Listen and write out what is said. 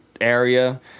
area